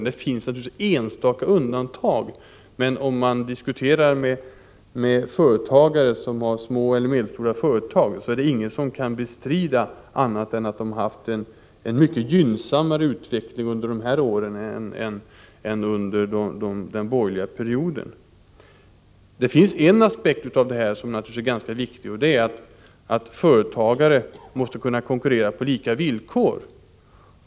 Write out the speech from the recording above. Det finns naturligtvis enstaka undantag, men när man diskuterar med små och medelstora företagare är det ingen som bestrider att de har haft en mycket gynnsammare utveckling dessa år än under den borgerliga perioden. En ganska viktig aspekt i detta sammanhang är att företagare måste kunna konkurrera på lika villkor.